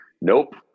Nope